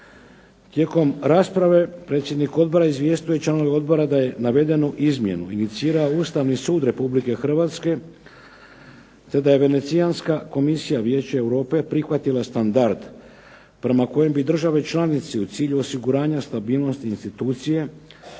Tijekom rasprave, predsjednik odbora izvijestio je članove odbora da je navedenu izmjenu inicirao Ustavni sud Republike Hrvatske, te da je Venecijanska komisija Vijeća Europe prihvatila standard prema kojom bi državi članici u cilju osiguranja stabilnosti institucije